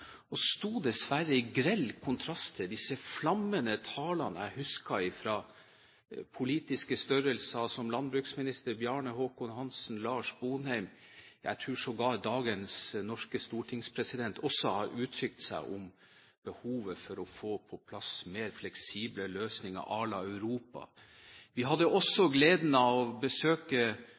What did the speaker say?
og landbruksminister Lars Sponheim. Jeg tror sågar dagens norske stortingspresident har gitt uttrykk for behovet for å få på plass mer fleksible løsninger à la Europa. Vi hadde også gleden av å besøke